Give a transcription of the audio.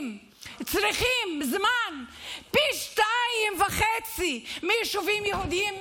צריך פי שניים וחצי זמן מביישובים יהודיים?